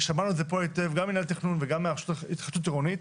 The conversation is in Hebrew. ושמענו את זה פה היטב גם ממינהל התכנון וגם מהרשות להתחדשות עירונית.